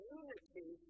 unity